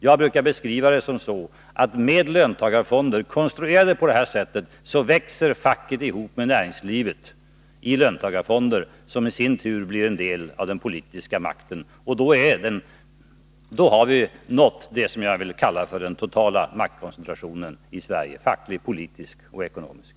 Jag brukar beskriva det som så att med löntagarfonder, konstruerade på det här sättet, växer facket ihop med näringslivet, som i sin tur blir en delav den politiska makten. Då har vi nått det som jag vill kalla för den totala maktkoncentrationen i Sverige, fackligt, politiskt och ekonomiskt.